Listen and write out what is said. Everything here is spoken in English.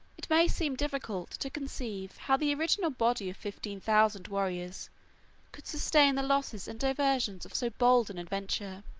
it may seem difficult to conceive how the original body of fifteen thousand warriors could sustain the losses and divisions of so bold an adventure.